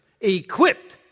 equipped